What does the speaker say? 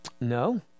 No